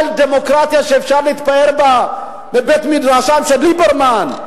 אבל דמוקרטיה שאפשר להתפאר בה מבית-מדרשם של ליברמן,